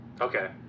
Okay